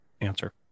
answer